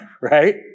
Right